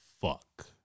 fuck